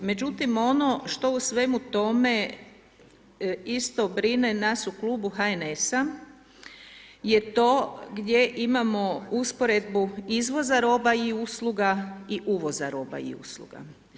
Međutim, ono što u svemu tome isto brine nas u klubu HNS-a je to gdje imamo usporedbu izvoza roba i usluga i uvoza roba usluga.